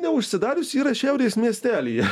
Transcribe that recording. neužsidariusi yra šiaurės miestelyje